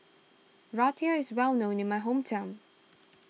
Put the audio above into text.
Raita is well known in my hometown